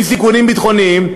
בלי סיכונים ביטחוניים,